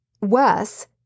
Worse